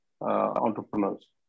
entrepreneurs